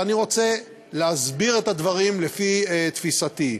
ואני רוצה להסביר את הדברים לפי תפיסתי.